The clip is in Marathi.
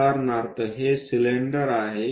उदाहरणार्थ हे सिलेंडर आहे